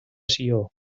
sió